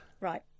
Right